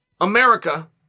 America